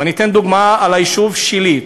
ואני אתן דוגמה מהיישוב שלי,